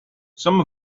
some